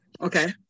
Okay